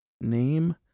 Name